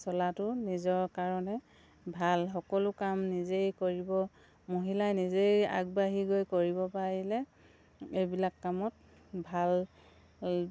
চলাতো নিজৰ কাৰণে ভাল সকলো কাম নিজেই কৰিব মহিলাই নিজেই আগবাঢ়ি গৈ কৰিব পাৰিলে এইবিলাক কামত ভাল এই